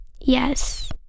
Yes